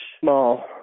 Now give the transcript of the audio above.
small